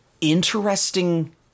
interesting